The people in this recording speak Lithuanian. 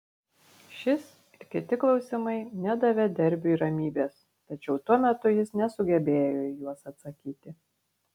šis ir kiti klausimai nedavė derbiui ramybės tačiau tuo metu jis nesugebėjo į juos atsakyti